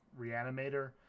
reanimator